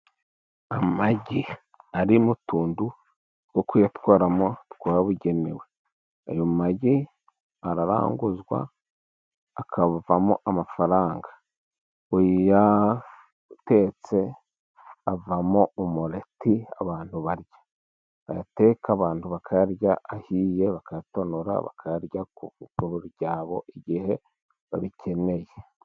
Amagi ari mu tuntu two kuyatwaramo twabugenewe. Ayo magi araranguzwa akavamo amafaranga. Uyatetse avamo umureti abantu barya, bayateka abantu bakayarya ahiye, bakayatonora bakayarya ku funguro ryabo igihe babikeneye.